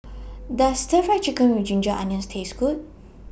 Does Stir Fry Chicken with Ginger Onions Taste Good